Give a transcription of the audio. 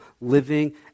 living